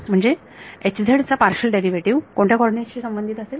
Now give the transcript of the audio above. म्हणजे चा partial derivative कोणत्या कॉर्डिनेट शी संबंधित असेल